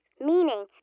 meaning